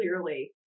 clearly